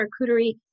charcuterie